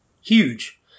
huge